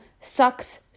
sucks